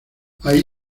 ahí